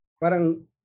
parang